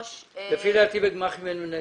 לפי דעתי בגמ"חים אין מנהל